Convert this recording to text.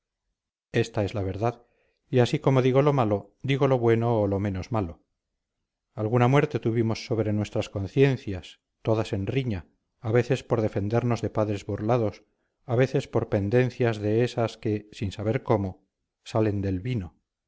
esta es la verdad y así como digo lo malo digo lo bueno o lo menos malo alguna muerte tuvimos sobre nuestras conciencias todas en riña a veces por defendernos de padres burlados a veces por pendencias de ésas que sin saber cómo salen del vino